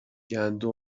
گندم